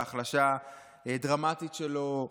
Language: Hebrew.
בהחלשה דרמטית שלו,